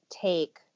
take